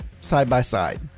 side-by-side